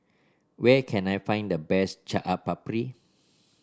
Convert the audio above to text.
where can I find the best Chaat Papri